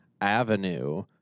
Avenue